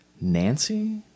Nancy